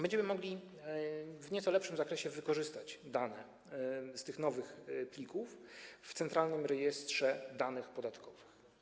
Będziemy mogli w nieco lepszym zakresie wykorzystać dane z tych nowych plików w Centralnym Rejestrze Danych Podatkowych.